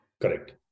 Correct